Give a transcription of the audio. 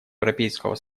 европейского